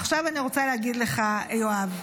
עכשיו אני רוצה להגיד לכך, יואב,